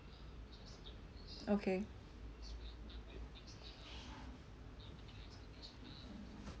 okay